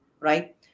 right